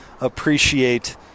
appreciate